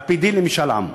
על-פי דין, למשאל עם".